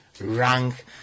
Rank